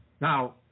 Now